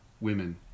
women